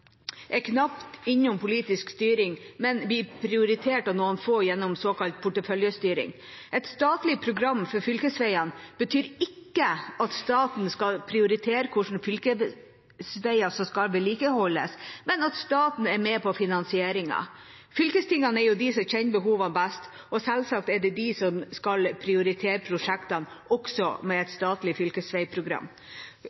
er knapt innom politisk styring, men blir prioritert av noen få gjennom såkalt porteføljestyring. Et statlig program for fylkesveiene betyr ikke at staten skal prioritere hvilke fylkesveier som skal vedlikeholdes, men at staten er med på finansieringen. Fylkestingene er de som kjenner behovene best, og selvsagt er det de som skal prioritere prosjektene også med et